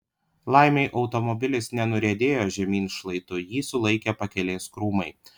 laimei automobilis nenuriedėjo žemyn šlaitu jį sulaikė pakelės krūmai